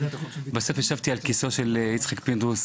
בסוף ישבתי על כיסאו של יצחק פינדרוס